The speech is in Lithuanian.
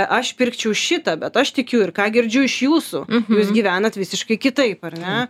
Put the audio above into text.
aš pirkčiau šitą bet aš tikiu ir ką girdžiu iš jūsų jūs gyvenat visiškai kitaip ar ne